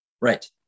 Right